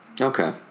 Okay